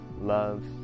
love